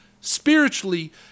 Spiritually